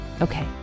okay